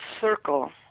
circle